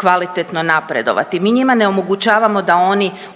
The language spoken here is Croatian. kvalitetno napredovati. Mi njima ne omogućavamo da oni